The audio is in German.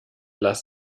las